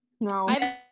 No